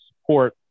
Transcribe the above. support